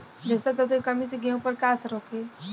जस्ता तत्व के कमी से गेंहू पर का असर होखे?